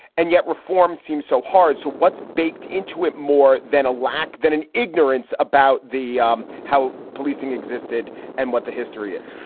and yet reform seems so hard. so what's baked into it more than a lack than an ignorance about the um how policing existed and what the history is?